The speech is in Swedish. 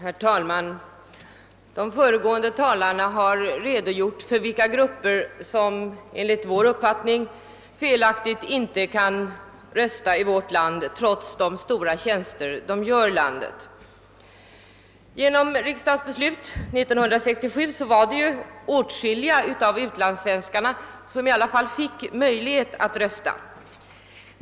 Herr talman! De föregående talarna har redogjort för vilka grupper som — enligt vår uppfattning felaktigt — inte får rösta i vårt land trots de stora tjänster de gör landet. Genom riksdagsbeslut år 1967 fick likväl åtskilliga utlandssvenskar möjlighet att rösta.